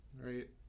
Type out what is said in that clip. right